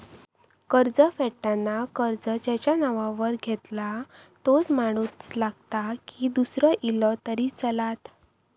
कर्ज फेडताना कर्ज ज्याच्या नावावर घेतला तोच माणूस लागता की दूसरो इलो तरी चलात?